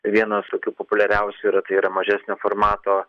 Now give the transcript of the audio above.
vienas tokių populiariausių yra tai yra mažesnio formato